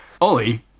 Ollie